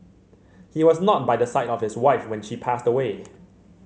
he was not by the side of his wife when she passed away